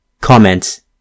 COMMENTS